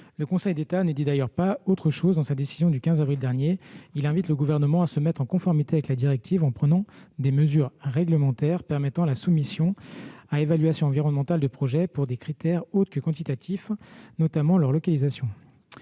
Le Conseil d'État ne dit d'ailleurs pas autre chose dans sa décision du 15 avril dernier : il invite le Gouvernement à se mettre en conformité avec la directive, en prenant des « mesures réglementaires » permettant la soumission à évaluation environnementale de projets pour des critères autres que quantitatifs, notamment leur localisation.